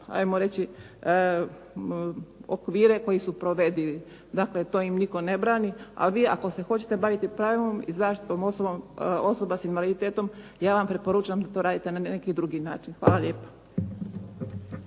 ajmo reći okvire koji su provedivi. Dakle to im nitko ne brani, a vi ako se hoćete baviti pravom i zaštitom osoba s invaliditetom ja vam preporučam da to radite na neki drugi način. Hvala lijepa.